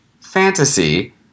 Fantasy